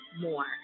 more